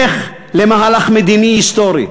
לך למהלך מדיני היסטורי,